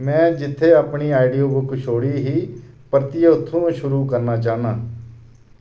में जित्थै अपनी आडियोबुक छोड़ी ही परतियै उत्थूं शुरू करना चाह्न्नां